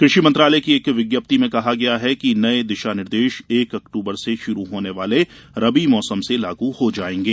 कृषि मंत्रालय की एक विज्ञप्ति में कहा गया है कि नए दिशा निर्देश एक अक्तूबर से शुरू होने वाले रबी मौसम से लागू हो जाएंगे